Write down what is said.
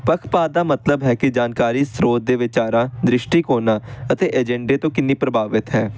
ਪੱਖਪਾਤ ਦਾ ਮਤਲਬ ਹੈ ਕਿ ਜਾਣਕਾਰੀ ਸਰੋਤ ਦੇ ਵਿਚਾਰਾਂ ਦ੍ਰਿਸ਼ਟੀਕੋਣਾਂ ਅਤੇ ਏਜੰਡੇ ਤੋਂ ਕਿੰਨੀ ਪ੍ਰਭਾਵਿਤ ਹੈ